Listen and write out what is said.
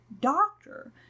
doctor